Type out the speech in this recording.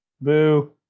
Boo